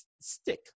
stick